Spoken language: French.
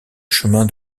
chemin